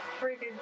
freaking